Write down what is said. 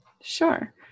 Sure